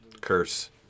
curse